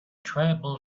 tribal